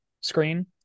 screen